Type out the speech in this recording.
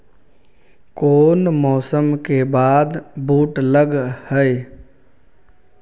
कोन मौसम के बाद बुट लग है?